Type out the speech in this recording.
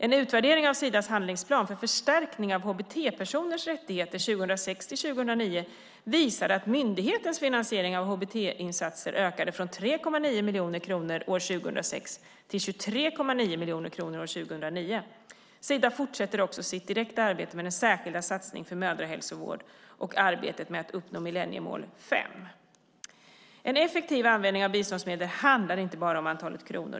En utvärdering av Sidas handlingsplan för förstärkning av hbt-personers rättigheter 2006-2009 visade att myndighetens finansiering av hbt-insatser ökade från 3,9 miljoner kronor år 2006 till 23,9 miljoner kronor år 2009. Sida fortsätter också sitt direkta arbete med den särskilda satsningen för mödrahälsa och arbetet med att uppnå millenniemål 5. En effektiv användning av biståndsmedel handlar inte bara om antalet kronor.